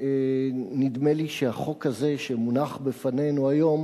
ונדמה לי שהחוק הזה שמונח בפנינו היום